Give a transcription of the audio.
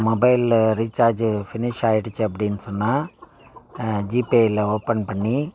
மொபைலில் ரீசார்ஜி ஃபினிஷ் ஆயிடுச்சு அப்படின்னு சொன்னால் ஜிபேயில் ஓப்பன் பண்ணி